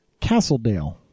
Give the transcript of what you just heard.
Castledale